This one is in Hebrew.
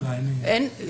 הצהרת נפגע.